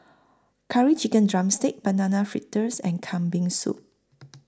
Curry Chicken Drumstick Banana Fritters and Kambing Soup